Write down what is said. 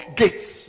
gates